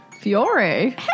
Fiore